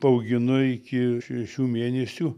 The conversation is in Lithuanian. paauginu iki šešių mėnesių